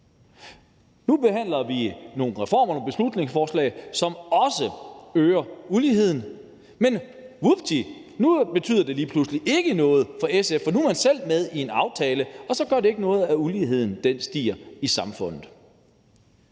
Nu behandler vi nogle reformer, nogle forslag, som også øger uligheden. Men vupti, nu betyder det lige pludselig ikke noget for SF, for nu er man selv med i en aftale, og så gør det ikke noget, at uligheden stiger i samfundet.